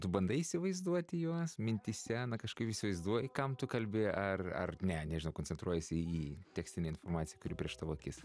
tu bandai įsivaizduoti juos mintyse kažkaip įsivaizduoji kam tu kalbi ar ar ne nežinau koncentruojiesi į tekstinę informaciją kuri prieš tavo akis